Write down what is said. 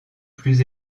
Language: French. plus